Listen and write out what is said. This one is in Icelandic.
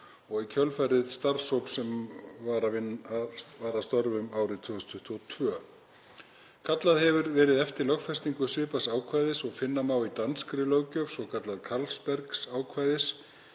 og í kjölfarið starfshóps sem var að störfum árið 2022. Kallað hefur verið eftir lögfestingu svipaðs ákvæðis og finna má í danskri löggjöf, svokallaðs Carlsberg-ákvæðis,